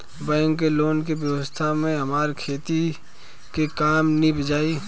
bank के loan के व्यवस्था से हमार खेती के काम नीभ जाई